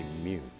immune